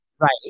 Right